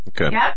okay